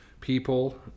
people